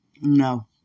No